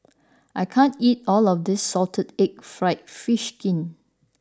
I can't eat all of this Salted Egg Fried Fish Skin